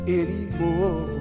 anymore